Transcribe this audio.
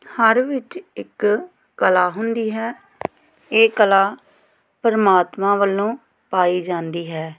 ਹਰ ਵਿੱਚ ਇੱਕ ਕਲਾ ਹੁੰਦੀ ਹੈ ਇਹ ਕਲਾ ਪਰਮਾਤਮਾ ਵੱਲੋਂ ਪਾਈ ਜਾਂਦੀ ਹੈ